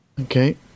Okay